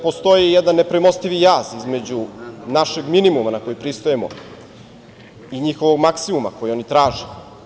Postoji jedan nepremostivi jaz između našeg minimuma na koji pristajemo i njihovog maksimuma koji oni traže.